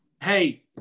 hey